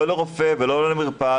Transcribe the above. לא לרופא ולא למרפאה,